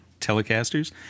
Telecasters